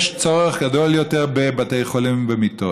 יש צורך גדול יותר בבתי חולים ובמיטות.